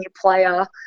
player